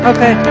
Okay